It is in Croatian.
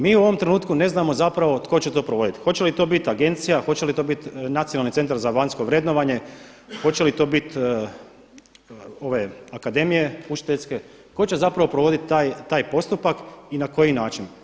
Mi u ovom trenutku ne znamo zapravo tko će to provoditi, hoće li to biti agencija, hoće li to biti Nacionalni centar za vanjsko vrednovanje, hoće li to biti akademije učiteljske, tko će zapravo provoditi taj postupak i na koji način.